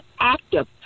active